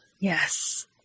Yes